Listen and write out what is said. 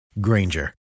Granger